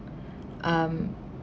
um